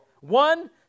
One